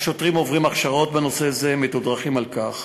והשוטרים עוברים הכשרות בנושא זה ומתודרכים לכך.